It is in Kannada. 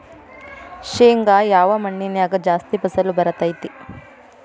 ಶೇಂಗಾ ಯಾವ ಮಣ್ಣಿನ್ಯಾಗ ಜಾಸ್ತಿ ಫಸಲು ಬರತೈತ್ರಿ?